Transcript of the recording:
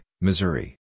Missouri